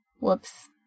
Whoops